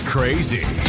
Crazy